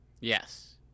Yes